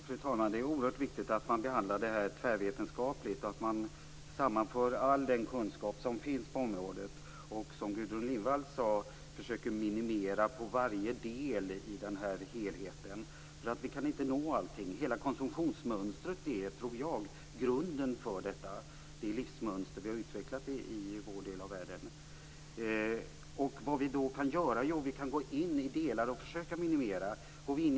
Fru talman! Det är oerhört viktigt att behandla frågan tvärvetenskapligt och sammanföra all den kunskap som finns på området och, som Gudrun Lindvall sade, försöker minimera varje delfaktor i helheten. Vi kan ju inte nå allting. Det gäller grunden för det livsmönster vi utvecklat i vår del av världen. Vad kan vi göra? Jo, vi kan gå in i olika delar och försöka minimera riskfaktorerna.